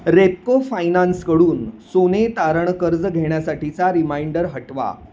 रेपको फायनान्सकडून सोने तारण कर्ज घेण्यासाठीचा रिमाइंडर हटवा